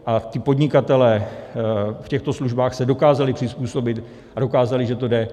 A podnikatelé v těchto službách se dokázali přizpůsobit a dokázali, že to jde.